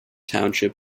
township